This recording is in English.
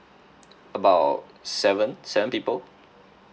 about seven seven people